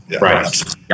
Right